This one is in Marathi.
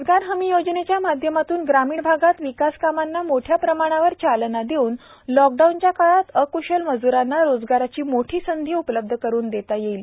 रोजगार हमी योजनेच्या माध्यमातून ग्रामीण भागात विकासकामांना मोठ्या प्रमाणावर चालना देऊन लॉकडाऊनच्या काळात अक्शल मजूरांना रोजगाराची मोठी संधी उपलब्ध करून देता येईल